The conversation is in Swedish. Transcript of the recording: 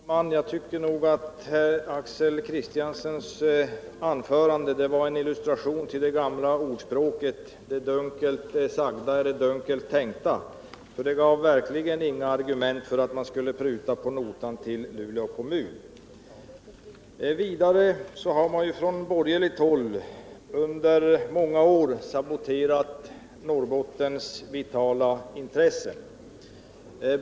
Herr talman! Jag tycker att herr Axel Kristianssons anförande var en illustration till det gamla talesättet ”Det dunkelt sagda är det dunkelt tänkta”. Det gav verkligen inga argument för att man skulle pruta på notan till Luleå kommun. Från borgerligt håll har man i många år saboterat Norrbottens vitala intressen.